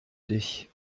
dich